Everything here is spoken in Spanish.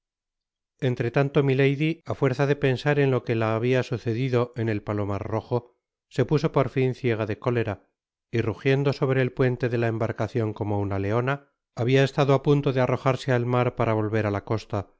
fatality entretanto milady á fuerza de pensar en lo que la habia sucedido en el palomar rojo se puso por fin ciega de cólera y rujiendo sobre el puente de la embarcacion como una leona habia estado á punto de arrojarse al mar para volver á la costa